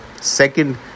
second